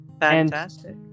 Fantastic